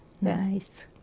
Nice